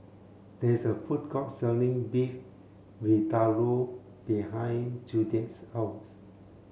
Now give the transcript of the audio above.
there is a food court selling Beef Vindaloo behind Judie's house